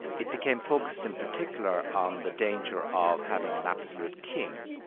it became focused in particular on the danger of having an absolute king.